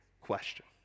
question